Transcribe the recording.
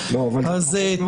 זה חמור מאוד.